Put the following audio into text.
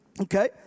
Okay